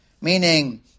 meaning